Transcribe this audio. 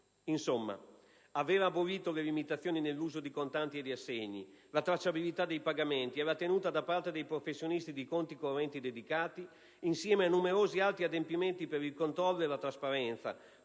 Insomma, aver abolito le limitazioni nell'uso di contanti e di assegni, la tracciabilità dei pagamenti e la tenuta da parte dei professionisti di conti correnti dedicati, insieme a numerosi altri adempimenti per il controllo e la trasparenza,